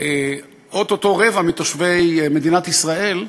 או-טו-טו רבע מתושבי מדינת ישראל,